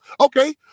Okay